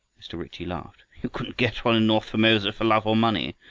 mr. ritchie laughed. you couldn't get one in north formosa for love or money.